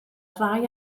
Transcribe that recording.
rai